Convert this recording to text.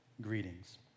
greetings